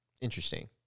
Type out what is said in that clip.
Interesting